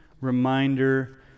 reminder